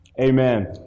Amen